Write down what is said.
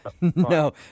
No